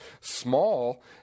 small